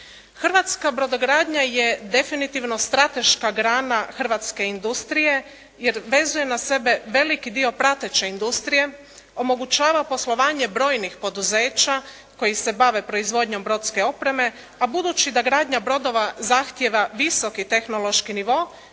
Hrvatska brodogradnja je definitivno strateška grana hrvatske industrije, jer vezuje na sebe veliki dio prateće industrije, omogućava poslovanje brojnih poduzeća koji se bave proizvodnjom brodske opreme, a budući da gradnja brodova zahtjeva visoki tehnološki nivo,